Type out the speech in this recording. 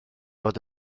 fod